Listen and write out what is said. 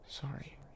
Sorry